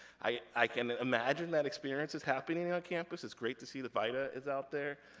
i can imagine that experience is happening on campus. it's great to see that bida is out there,